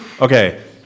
Okay